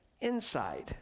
inside